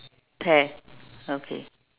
pear okay